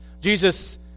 Jesus